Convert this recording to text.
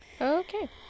Okay